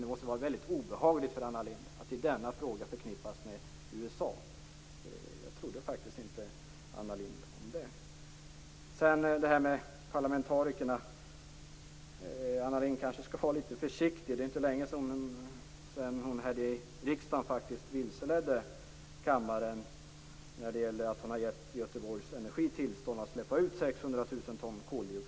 Det måste vara väldigt obehagligt för Anna Lindh att förknippas med USA i denna fråga. Jag trodde faktiskt inte Anna Lindh om det. Anna Lindh skall kanske vara litet försiktig när hon uttalar sig om parlamentarikerna. Det är inte länge sedan hon här i riksdagen vilseledde kammaren när det gällde Göteborgs Energis tillstånd att släppa ut 600 000 ton koldioxid.